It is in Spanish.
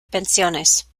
pensiones